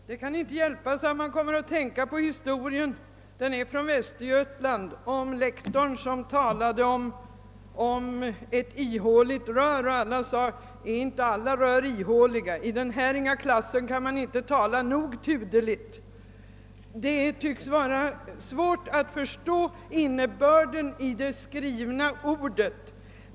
Herr talman! Det kan inte hjälpas att jag kom att tänka på historien från Västergötland om en lektor som talade om ett ihåligt rör. När eleverna frågade om inte alla rör är ihåliga svarade han: »I den häringa klassen kan man inte tala nog tudeligt.« Det tycks vara svårt att förstå innebörden också av det skrivna ordet.